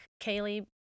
Kaylee